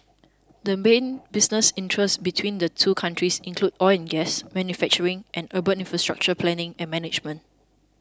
the main business interests between the two countries include oil and gas manufacturing and urban infrastructure planning and management